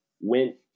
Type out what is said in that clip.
went